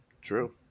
true